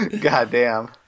Goddamn